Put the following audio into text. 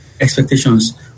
expectations